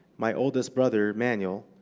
my oldest brother, emanuel,